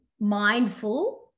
mindful